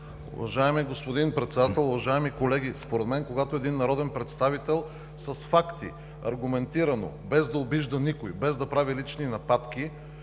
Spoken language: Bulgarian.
Уважаеми господин Председател, уважаеми колеги, според мен, когато един народен представител с факти аргументирано, без да обижда никого, без да прави лични нападки,